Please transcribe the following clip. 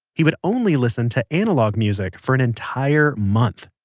he would only listen to analog music for an entire month.